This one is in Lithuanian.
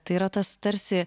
tai yra tas tarsi